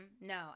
No